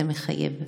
/ זה מחייב.